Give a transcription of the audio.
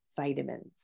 vitamins